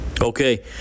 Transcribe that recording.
Okay